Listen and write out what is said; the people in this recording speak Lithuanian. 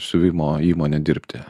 siuvimo įmonę dirbti